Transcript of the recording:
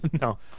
No